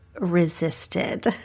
resisted